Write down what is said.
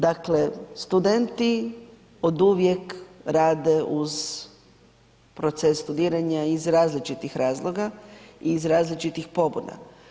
Dakle, studenti oduvijek rade uz proces studiranja iz različitih razloga i iz različitih pobuda.